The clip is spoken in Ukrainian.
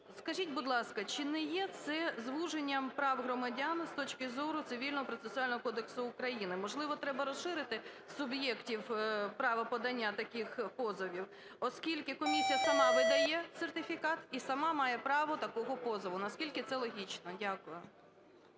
Скажіть, будь ласка, чи не є це звуженням прав громадян з точки зору Цивільно-процесуального кодексу України? Можливо, треба розширити суб'єктів права подання таких позовів, оскільки комісія сама видає сертифікат і сама має право такого позову. Наскільки це логічно? Дякую.